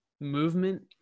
movement